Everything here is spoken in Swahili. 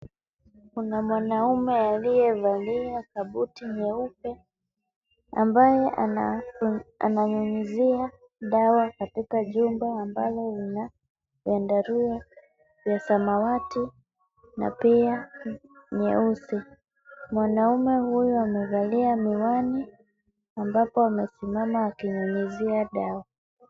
Kuna mwanaume aliyevalia kabuti nyeupe ambaye ananyunyizia dawa katika jumba ambalo lina vyandarua vya samawati na pia nyeusi. Mwanaume huyu amevalia miwani ambapo amesimama akinyunyizia dawa.